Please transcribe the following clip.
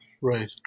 Right